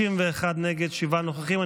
61 נגד, שבעה נוכחים.